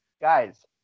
Guys